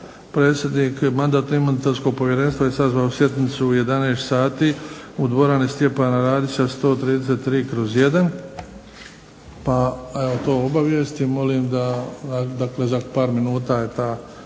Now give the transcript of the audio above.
predsjednik Mandatno-imunitetnog povjerenstva je sazvao sjednicu u 11,00 sati u dvorani Stjepana Radića (133/I) pa evo to obavijest je. Molim da, dakle za par minuta je ta